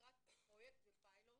לקראת פרויקט בפיילוט